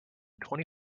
twenty